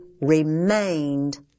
remained